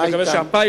אני מקווה שהפיילוט,